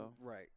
Right